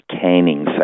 canning